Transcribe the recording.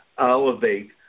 elevate